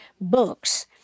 books